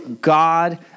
God